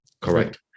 Correct